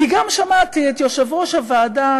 כי גם שמעתי את יושב-ראש הוועדה,